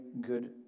good